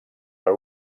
per